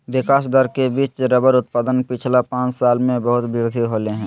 विकास दर के बिच रबर उत्पादन पिछला पाँच साल में बहुत वृद्धि होले हें